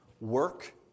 work